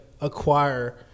acquire